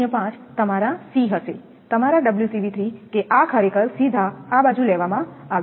05 તમારા C હશે તમારા કે આ ખરેખર સીધા આ બાજુ લેવામાં આવ્યું છે